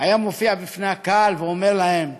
היה מופיע בפני הקהל ואומר להם,